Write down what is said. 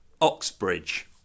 Oxbridge